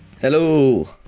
Hello